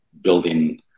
building